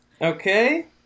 Okay